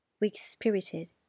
weak-spirited